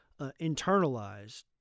internalized